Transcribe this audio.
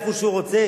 איפה שהוא רוצה,